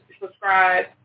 subscribe